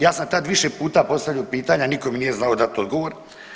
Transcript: Ja sam tada više puta postavljao pitanja, nitko mi nije znao dati odgovor.